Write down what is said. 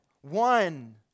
one